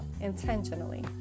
intentionally